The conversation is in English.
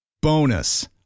Bonus